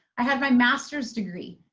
i had my master's degree.